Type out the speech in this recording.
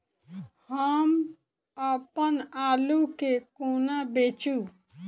हम अप्पन आलु केँ कोना बेचू?